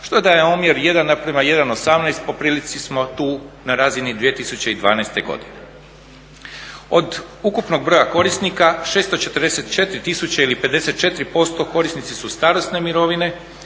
jedan osamnaest. Po prilici smo tu na razini 2012. godine. Od ukupnog broja korisnika 644 000 ili 54% korisnici su starosne mirovine